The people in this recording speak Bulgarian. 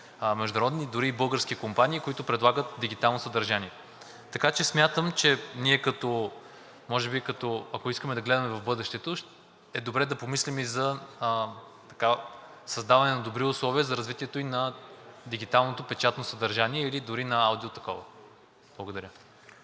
международни, дори и български компании, които предлагат дигитално съдържание. Така че, смятам ние, може би ако искаме да гледаме в бъдещето, е добре да помислим и за създаване на добри условия за развитието и на дигиталното печатно съдържание, или дори на аудио такова. Благодаря.